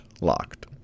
locked